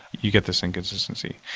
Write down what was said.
you get this inconsistency.